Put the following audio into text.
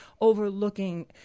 overlooking